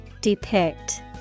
Depict